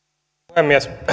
puhemies